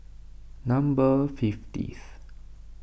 number fiftieth